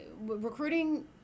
recruiting